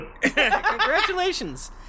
Congratulations